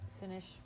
finish